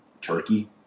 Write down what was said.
Turkey